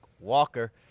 Walker